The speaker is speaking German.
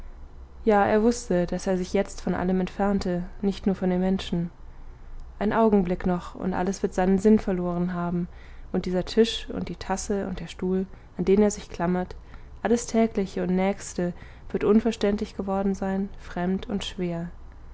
ja er wußte daß er sich jetzt von allem entfernte nicht nur von den menschen ein augenblick noch und alles wird seinen sinn verloren haben und dieser tisch und die tasse und der stuhl an den er sich klammert alles tägliche und nächste wird unverständlich geworden sein fremd und schwer